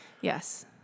Yes